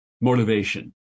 motivation